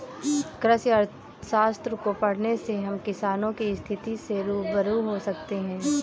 कृषि अर्थशास्त्र को पढ़ने से हम किसानों की स्थिति से रूबरू हो सकते हैं